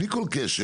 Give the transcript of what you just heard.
בלי כל קשר,